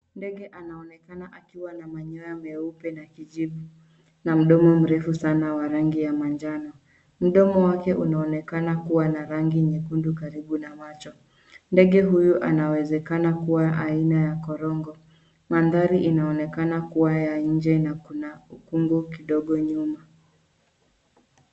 Ndege anaonekana akiwa na manyoya meupe na kijivu na mdomo mrefu sana wa rangi ya manjano. Mdomo wake unaonekana kuwa na rangi nyekundu karibu na macho. Ndege huyu anawezekana kuwa aina ya korongo. Mandhari inaonekana kuwa ya nje na kuna ukungu kidogo nyuma.